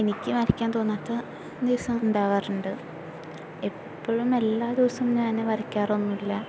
എനിക്ക് വരയ്ക്കാന് തോന്നാത്ത ദിവസം ഉണ്ടാവാറുണ്ട് എപ്പോഴും എല്ലാ ദിവസവും ഞാൻ വരയ്ക്കാറൊന്നും ഇല്ല